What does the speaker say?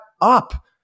up